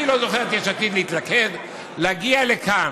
אני לא זוכר את יש עתיד מתלכדת כדי להגיע לכאן,